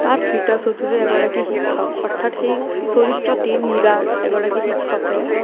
তাত ৰীতা চৌধুৰী এগৰাকী শিক্ষক অৰ্থাৎ সেই চৰিত্ৰটি মীৰাৰ এগৰাকী শিক্ষকে